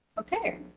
Okay